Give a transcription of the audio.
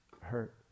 hurt